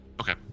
okay